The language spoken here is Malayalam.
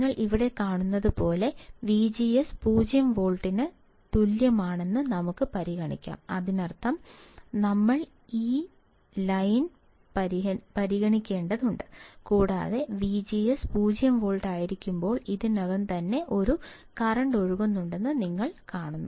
നിങ്ങൾ ഇവിടെ കാണുന്നത് പോലെ വിജിഎസ് 0 വോൾട്ടിന് തുല്യമാണെന്ന് നമുക്ക് പരിഗണിക്കാം അതിനർത്ഥം ഞങ്ങൾ ഈ ലൈൻ പരിഗണിക്കേണ്ടതുണ്ട് കൂടാതെ വിജിഎസ് 0 വോൾട്ട് ആയിരിക്കുമ്പോൾ ഇതിനകം തന്നെ ഒരു കറൻറ് ഒഴുകുന്നുണ്ടെന്ന് നിങ്ങൾ കാണുന്നു